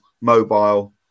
mobile